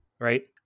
right